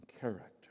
character